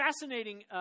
Fascinating